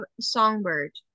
Songbird